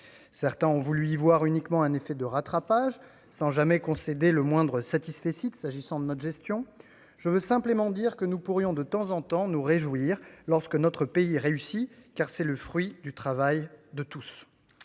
Certains ont voulu y voir uniquement un effet de rattrapage, sans jamais concéder le moindre satisfecit s'agissant de notre gestion. Je veux simplement dire que nous pourrions de temps en temps nous réjouir lorsque notre pays réussit, car c'est le fruit du travail de tous.